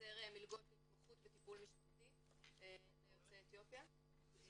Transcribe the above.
לייצר מלגות להתמחות ולטיפול משפחתי ליוצאי אתיופיה.